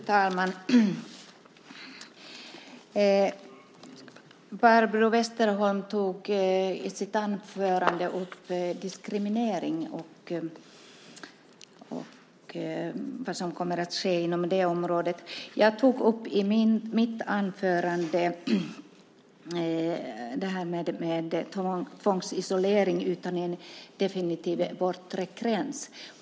Fru talman! Barbro Westerholm tog i sitt anförande upp diskriminering och vad som kommer att ske inom det området. Jag tog i mitt anförande upp det här med tvångsisolering utan en definitiv bortre gräns.